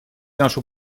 нашу